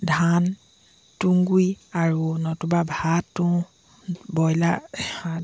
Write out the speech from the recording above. ধান তুঁহ গুৰি আৰু নতুবা ভাত তুঁহ ব্ৰইলাৰ